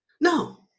No